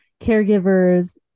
caregivers